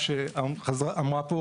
לאו דווקא שקית מפלסטיק,